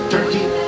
Turkey